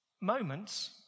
Moments